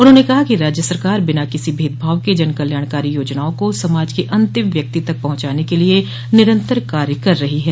उन्होंने कहा कि राज्य सरकार बिना किसी भेदभाव के जन कल्याणकारी योजनाओं को समाज के अंतिम व्यक्ति तक पहुचाने के लिए निरंतर कार्य कर रही है